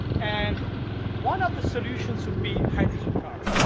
and one of the solutions would be hydrogen car.